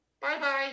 Bye-bye